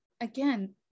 again